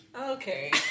Okay